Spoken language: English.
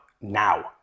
now